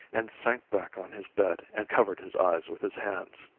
and sank back on his bed and covered his eyes with his hands.